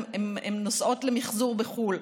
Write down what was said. והן נוסעות למחזור בחו"ל,